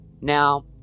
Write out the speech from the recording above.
Now